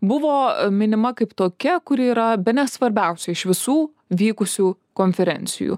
buvo minima kaip tokia kuri yra bene svarbiausia iš visų vykusių konferencijų